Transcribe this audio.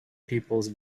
peoples